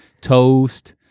toast